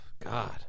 God